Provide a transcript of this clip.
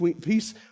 peace